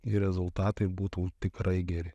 ir rezultatai būtų tikrai geri